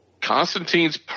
Constantine's